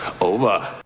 over